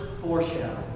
foreshadow